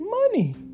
money